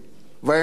והאמת,